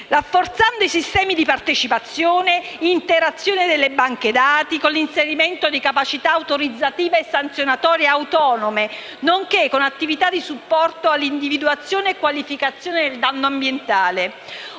rafforzando i sistemi di partecipazione, l'interazione delle banche dati con l'inserimento di capacità autorizzative e sanzionatorie autonome, nonché con attività di supporto all'individuazione e qualificazione del danno ambientale.